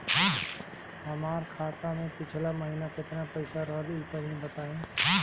हमार खाता मे पिछला महीना केतना पईसा रहल ह तनि बताईं?